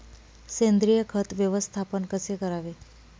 सेंद्रिय खत व्यवस्थापन कसे करावे?